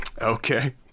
okay